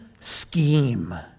scheme